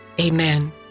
Amen